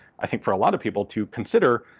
i think, for a lot of people to consider,